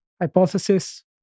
hypothesis